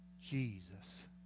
Jesus